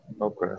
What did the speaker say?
okay